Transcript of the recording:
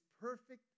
perfect